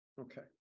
Okay